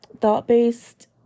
thought-based